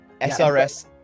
srs